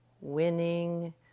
winning